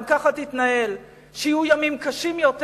אם ככה תתנהל שיהיו ימים קשים יותר,